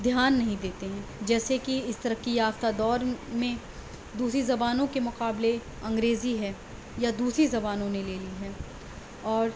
دھیان نہیں دیتے ہیں جیسے کہ اس ترقی یافتہ دور میں دوسری زبانوں کے مقابلے انگریزی ہے یا دوسری زبانوں نے لے لی ہے اور